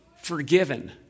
forgiven